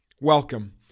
Welcome